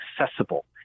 accessible